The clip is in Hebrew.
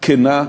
כנה וישרה.